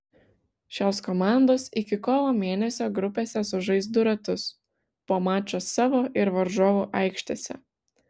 šios komandos iki kovo mėnesio grupėse sužais du ratus po mačą savo ir varžovų aikštėse